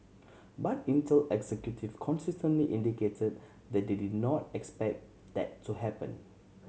but Intel executive consistently indicated that they did not expect that to happen